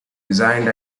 resigned